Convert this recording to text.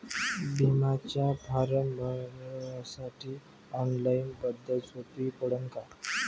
बिम्याचा फारम भरासाठी ऑनलाईन पद्धत सोपी पडन का?